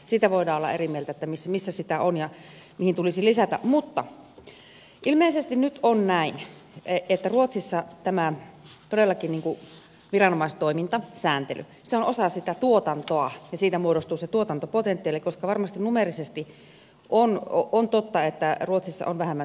siitä voidaan olla eri mieltä missä sitä on ja mihin tulisi lisätä mutta ilmeisesti nyt on näin että ruotsissa todellakin tämä viranomaistoiminta sääntely on osa sitä tuotantoa ja siitä muodostuu se tuotantopotentiaali koska varmasti numeerisesti on totta että ruotsissa on vähemmän säädöksiä